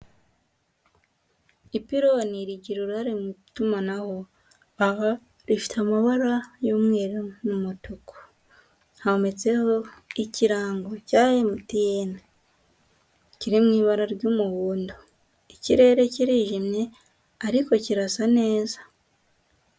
Ipironi rigira uruhare mu itumanaho aha rifite amabara y'umweru numutuku, hometseho ikirango cya emutiyene kiri mwi bara ry'umuhondo, ikirere kirijimye ariko cyirasa neza.